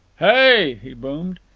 hey! he boomed.